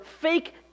fake